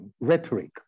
rhetoric